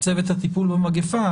צוות הטיפול במגפה,